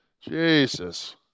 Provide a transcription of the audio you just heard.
Jesus